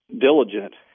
diligent